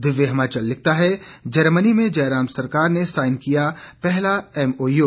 दिव्य हिमाचल लिखता है जर्मनी में जयराम सरकार ने साइन किया पहला एमओयू